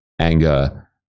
anger